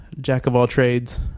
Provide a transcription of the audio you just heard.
jack-of-all-trades